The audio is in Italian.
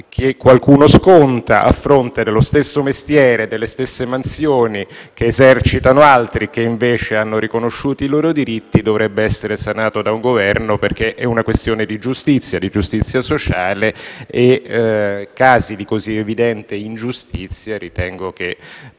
che qualcuno sconta a fronte dello stesso mestiere e delle stesse mansioni che esercitano altri, che invece hanno riconosciuti i loro diritti, dovrebbe essere sanato da un Governo, perché è una questione di giustizia sociale e casi di così evidente ingiustizia ritengo che